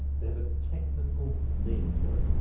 they have a technical name for it.